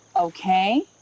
Okay